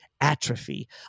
atrophy